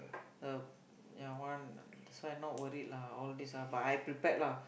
uh ya one so I not worried lah all this ah but I prepared lah